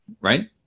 right